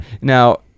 Now